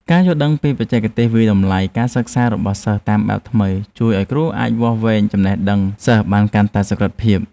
ការយល់ដឹងពីបច្ចេកទេសវាយតម្លៃការសិក្សារបស់សិស្សតាមបែបថ្មីជួយឱ្យគ្រូអាចវាស់វែងចំណេះដឹងសិស្សបានកាន់តែសុក្រឹតភាព។